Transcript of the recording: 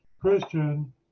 Christian